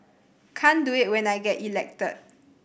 can't do it when I get elected